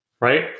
right